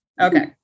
Okay